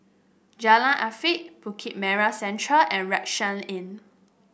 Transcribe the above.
Jalan Arif Bukit Merah Central and Rucksack Inn